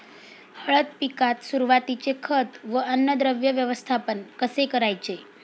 हळद पिकात सुरुवातीचे खत व अन्नद्रव्य व्यवस्थापन कसे करायचे?